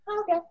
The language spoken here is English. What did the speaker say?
Okay